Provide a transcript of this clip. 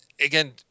again